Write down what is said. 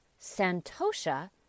santosha